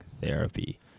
therapy